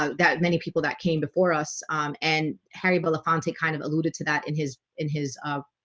ah that many people that came before us and harry belafonte kind of alluded to that in his in his of